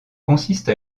consiste